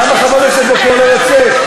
למה חברת הכנסת בוקר לא יוצאת?